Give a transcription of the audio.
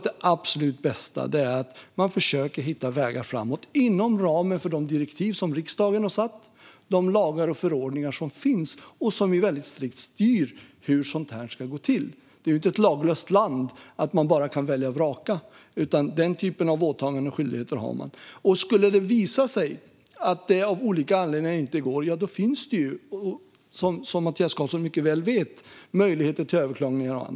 Det absolut bästa vore nog att hitta vägar framåt inom ramen för de direktiv som riksdagen har beslutat om och de lagar och förordningar som finns. De styr väldigt strikt hur sådant som detta ska gå till. Det är ju inte ett laglöst land, så att man bara kan välja och vraka, utan man har den typen av åtaganden och skyldigheter. Skulle det visa sig att det av olika anledningar inte går finns det möjligheter till överklaganden och annat, som Mattias Karlsson mycket väl vet.